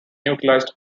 utilized